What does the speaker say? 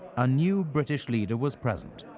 a new british leader was present.